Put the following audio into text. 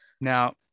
now